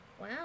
Wow